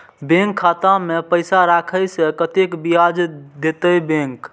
Bank खाता में पैसा राखे से कतेक ब्याज देते बैंक?